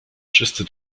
wszyscy